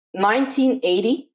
1980